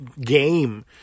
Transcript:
game